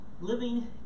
living